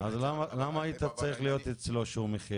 אבל- -- אז למה היית צריך להיות אצלו שהוא מכין?